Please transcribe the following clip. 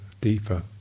deeper